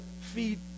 feed